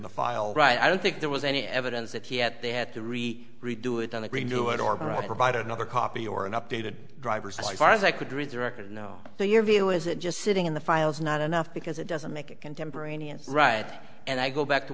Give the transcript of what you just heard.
file right i don't think there was any evidence that he had they had to re redo it on the green do it or be right provide another copy or an updated drivers as far as i could read the record now so your view is it just sitting in the file is not enough because it doesn't make it contemporaneous right and i go back to